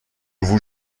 vous